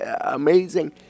amazing